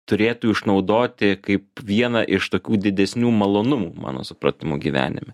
turėtų išnaudoti kaip vieną iš tokių didesnių malonumų mano supratimu gyvenime